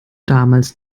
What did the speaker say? damals